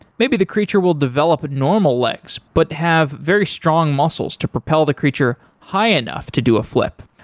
maybe the creature will develop normal legs but have very strong muscles to propel the creature high enough to do a flip.